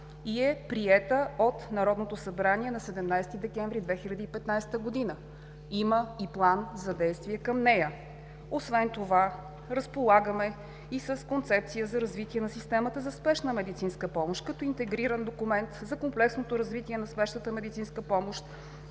и е приета от Народното събрание на 17 декември 2015 г. Има и план за действие към нея. Освен това разполагаме и с Концепция за развитие на системата за спешна медицинска помощ като интегриран документ за комплексното развитие на спешната медицинска помощ